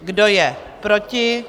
Kdo je proti?